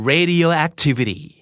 Radioactivity